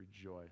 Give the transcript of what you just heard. rejoice